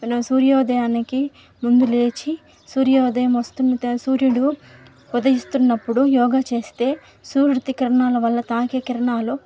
సూర్యోదయానికి ముందు లేచి సూర్యోదయం వస్తున్న సూర్యుడు ఉదయిస్తున్నప్పుడు యోగా చేస్తే సూర్యుడి తి కిరనాల వల్ల తాకే కిరనాలు